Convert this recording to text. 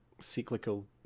cyclical